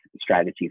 strategy